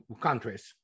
countries